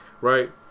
Right